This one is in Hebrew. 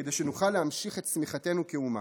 כדי שנוכל להמשיך את צמיחתנו כאומה.